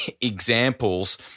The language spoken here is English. examples